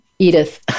Edith